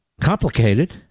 complicated